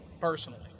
Personally